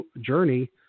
journey